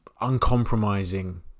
uncompromising